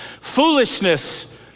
Foolishness